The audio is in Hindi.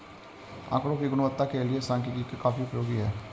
आकड़ों की गुणवत्ता के लिए सांख्यिकी काफी उपयोगी है